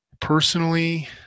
personally